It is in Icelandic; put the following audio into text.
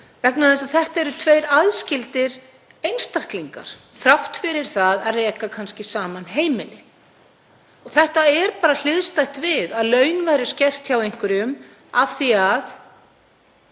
vegna þess að þetta eru tveir aðskildir einstaklingar þrátt fyrir að reka kannski saman heimili. Þetta er bara hliðstætt við að laun væru skert hjá einhverjum af því að